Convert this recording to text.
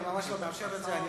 אני ממש לא מאפשר את זה.